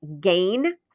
GAIN